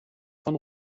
von